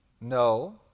No